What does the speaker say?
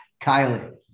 Kylie